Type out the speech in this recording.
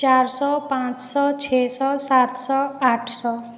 चारि सए पाँच सए छओ सए सात सए आठ सए